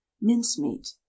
mincemeat